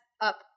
up